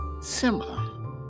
similar